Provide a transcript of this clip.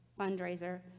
fundraiser